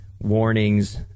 warnings